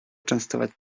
częstować